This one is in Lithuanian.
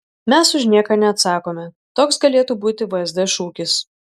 mes už nieką neatsakome toks galėtų būti vsd šūkis